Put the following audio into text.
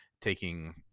taking